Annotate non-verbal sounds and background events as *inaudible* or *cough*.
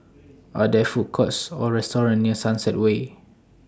*noise* Are There Food Courts Or restaurants near Sunset Way